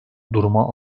duruma